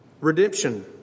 redemption